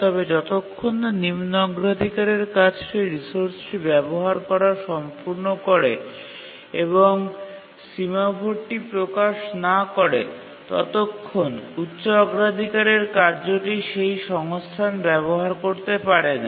তবে যতক্ষণ না নিম্ন অগ্রাধিকারের কাজটি রিসোর্সটি ব্যবহার করা সম্পূর্ণ করে এবং সেমফোরটি প্রকাশ না করে ততক্ষণ উচ্চ অগ্রাধিকারের কার্যটি সেই সংস্থান ব্যবহার করতে পারে না